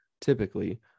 typically